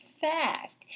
fast